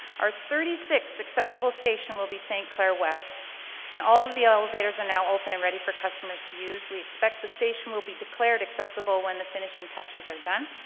our thirty sixth accessible station will be st clair west and all of the elevators are and now open and ready for customers to use, we expect the station will be declared accessible when the finishing touches are done.